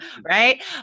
right